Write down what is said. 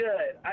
Good